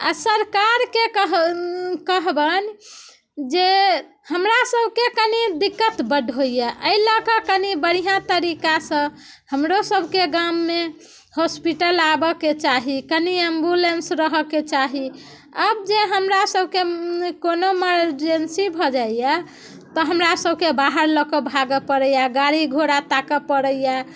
आ सरकारके कहबनि जे हमरा सबके कनि दिक्कत बड होइया एहि लऽ के कनी बढ़िआँ तरीकासँ हमरो सबके गाममे होस्पिटल आबऽके चाही कनि एम्बुलेंस रहऽ के चाही आब जे हमरा सबके कोनो एमेरजेंसी भऽ जाइया तऽ हमरा सबके बाहर लऽ के भागऽ पड़ैया गाड़ी घोड़ा ताकऽ पड़ैया